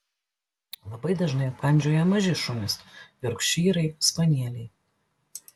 labai dažnai apkandžioja maži šunys jorkšyrai spanieliai